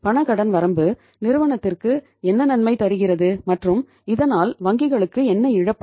பணக் கடன் வரம்பு நிறுவனத்திற்கு என்ன நன்மை தருகிறது மற்றும் இதனால் வங்கிகளுக்கு என்ன இழப்பு